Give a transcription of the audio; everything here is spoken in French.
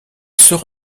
sera